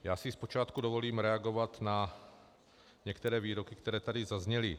Já si zpočátku dovolím reagovat na některé výroky, které tady zazněly.